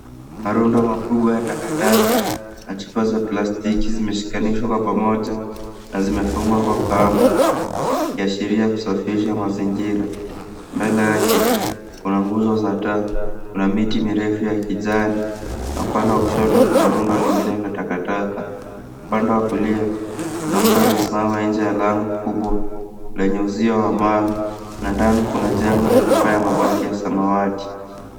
Marundo makubwa ya takataka na chupa za plastiki zimeshikanishwa pamoja na zimefungwa kwa kamba ikiashiria kusafisha mazingira. Mbele yake kuna nguzo za taa, kuna miti mirefu ya kijani na upande wa kushoto kuna runda lingine la takataka. Upande wa kulia kuna mtu amesimama nje ya lango kubwa lenye uzio wa mawe na ndani kuna jengo yenye paa ya mabati ya samawati.